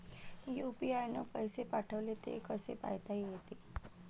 UPI न पैसे पाठवले, ते कसे पायता येते?